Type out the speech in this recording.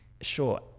sure